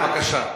בבקשה.